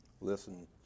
listen